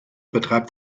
betreibt